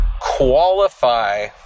qualify